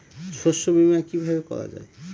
শস্য বীমা কিভাবে করা যায়?